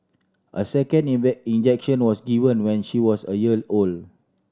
a second injection was given when she was a year old